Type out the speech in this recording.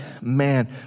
man